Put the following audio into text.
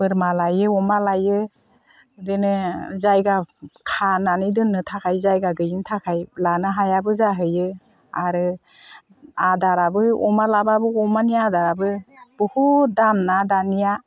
बोरमा लायो अमा लायो बिदिनो जायगा खानानै दोननो थाखाय जायगा गैयिनि थाखाय लानो हायाबो जाहैयो आरो आदाराबो अमा लाबाबो अमानि आदाराबो बहुद दाम ना दानिया